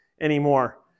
anymore